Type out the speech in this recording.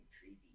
creepy